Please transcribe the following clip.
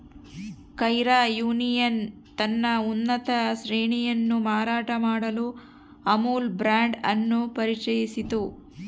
Kaira union ತನ್ನ ಉತ್ಪನ್ನ ಶ್ರೇಣಿಯನ್ನು ಮಾರಾಟ ಮಾಡಲು ಅಮುಲ್ ಬ್ರಾಂಡ್ ಅನ್ನು ಪರಿಚಯಿಸಿತು